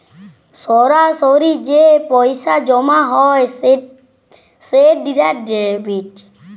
সরাসরি যে পইসা জমা হ্যয় সেট ডিরেক্ট ডেবিট